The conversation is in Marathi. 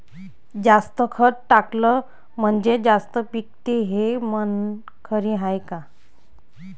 जास्त खत टाकलं म्हनजे जास्त पिकते हे म्हन खरी हाये का?